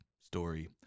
story